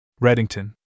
Reddington